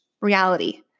reality